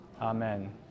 amen